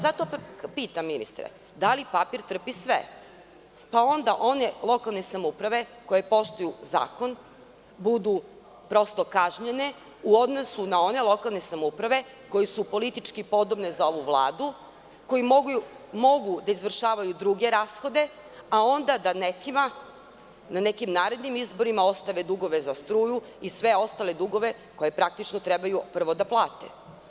Zato pitam, ministre, da li papir trpi sve, pa onda one lokalne samouprave koje poštuju zakon budu kažnjene u odnosu na one lokalne samouprave koje su politički podobne za ovu Vladu, koji mogu da izvršavaju druge rashode, a onda da na nekim narednim izborima ostave dugove za struju i sve ostale dugove koje praktično trebaju prvo da plate?